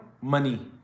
money